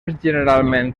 generalment